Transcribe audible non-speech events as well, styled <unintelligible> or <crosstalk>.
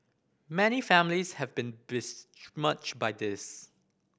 many families have been <unintelligible> by this